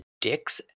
dicks